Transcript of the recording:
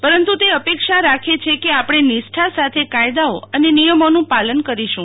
પરંતુ તે અપેક્ષા રાખે છે કે આપણે નિષ્ઠા સાથે કાયદાઓ અને નિયમોનું પાલન કરોશુ